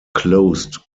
closed